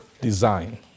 design